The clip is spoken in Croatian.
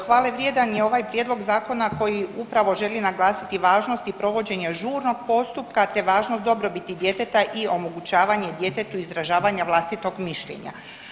Hvale vrijedan je ovaj prijedlog zakona koji upravo želi naglasiti važnost i provođenje žurnog postupka te važnost dobrobiti djeteta i omogućavanju djetetu izražavanje vlastitog mišljenja.